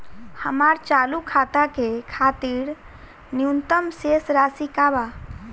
हमार चालू खाता के खातिर न्यूनतम शेष राशि का बा?